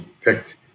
picked